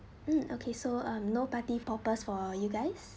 mm okay so uh no party purpose for you guys